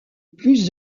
plus